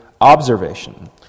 observation